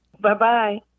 Bye-bye